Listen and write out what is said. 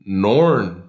norn